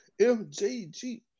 MJG